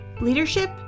Leadership